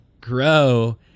grow